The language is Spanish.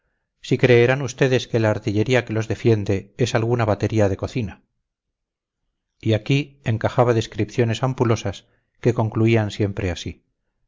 si creerán ustedes que la artillería que los defiende es alguna batería de cocina y aquí encajaba descripciones ampulosas que concluían siempre así